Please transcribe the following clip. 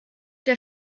der